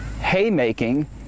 haymaking